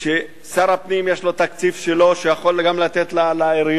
ששר הפנים יש לו תקציב שלו שהוא יכול גם לתת לעיריות,